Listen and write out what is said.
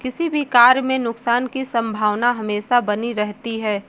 किसी भी कार्य में नुकसान की संभावना हमेशा बनी रहती है